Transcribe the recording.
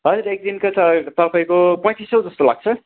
हजुर एकदिनको त तपाईँको पैतिस सय जस्तो लाग्छ